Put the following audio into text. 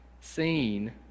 seen